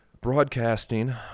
broadcasting